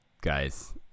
guys